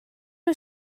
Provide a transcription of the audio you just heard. nhw